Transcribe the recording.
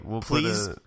please